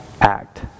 Act